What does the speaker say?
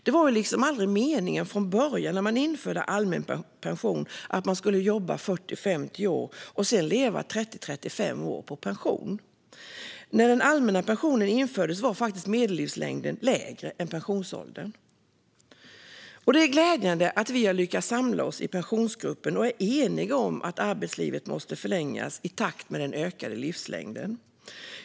Det var aldrig meningen från början när allmän pension infördes att man skulle jobba 40-50 år och sedan leva 30-35 år på pension. När den allmänna pensionen infördes var faktiskt medellivslängden lägre än pensionsåldern. Det är glädjande att vi har lyckats samla oss i Pensionsgruppen och är eniga om att arbetslivet måste förlängas i takt med den ökade livslängden.